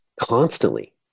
constantly